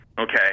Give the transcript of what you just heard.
okay